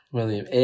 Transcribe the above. William